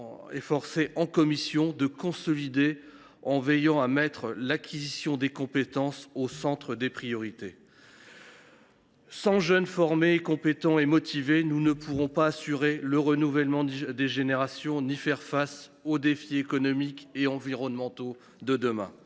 efforcé en commission de consolider l’enseignement agricole en veillant à placer l’acquisition des compétences au centre des priorités. Sans jeunes formés, compétents et motivés, nous ne pourrons ni assurer le renouvellement des générations ni faire face aux défis économiques et environnementaux de demain.